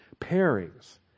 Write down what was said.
pairings